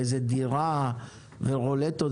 באיזו דירה עם רולטות,